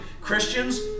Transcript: Christians